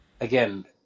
again